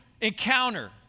encounter